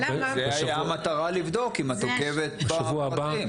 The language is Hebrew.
זו הייתה המטרה לבדוק, אם את עוקבת אחר הפרטים.